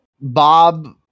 Bob